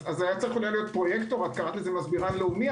אז היה אולי צריך להיות פרויקטור את קראת לזה מסבירן לאומי,